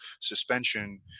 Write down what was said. suspension